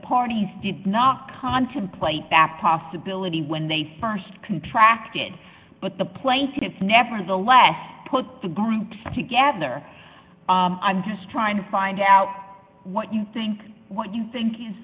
parties did not contemplate that possibility when they st contract it but the plaintiffs nevertheless put the group together i'm just trying to find out what you think what you think is